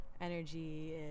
energy